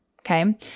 Okay